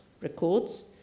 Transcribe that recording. records